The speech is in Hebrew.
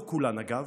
לא כולן, אגב,